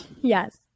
Yes